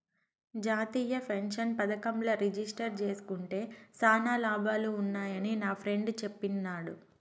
జాతీయ పెన్సన్ పదకంల రిజిస్టర్ జేస్కుంటే శానా లాభాలు వున్నాయని నాఫ్రెండ్ చెప్పిన్నాడు